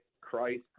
Christ